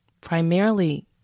primarily